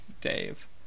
Dave